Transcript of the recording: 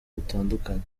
butandukanye